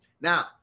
Now